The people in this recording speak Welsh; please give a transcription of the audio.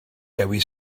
dewi